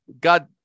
God